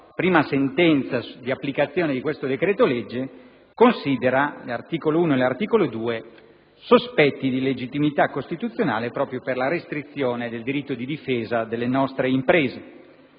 sua prima sentenza di applicazione del decreto-legge considera gli articoli 1 e 2 sospetti di illegittimità costituzionale per la restrizione del diritto di difesa delle nostre imprese.